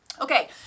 Okay